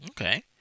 Okay